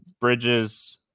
Bridges